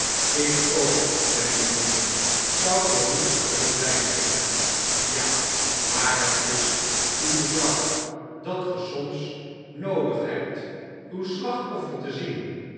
ik ook mijne lieve zou voor niets terugdeinzen ja maar het is uw zwak dat ge soms noodig hebt uw slachtoffer te zien